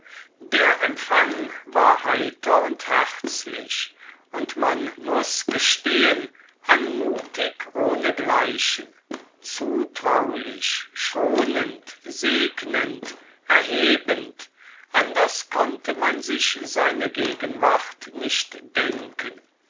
der empfang war heiter und herzlich und man muß gestehen anmutig ohnegleichen zutraulich schonend segnend erhebend anders konnte man sich seine gegenwart nicht denken